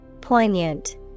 Poignant